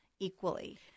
Equally